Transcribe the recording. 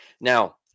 now